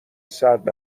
سرد